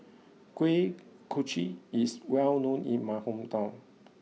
Kuih Kochi is well known in my hometown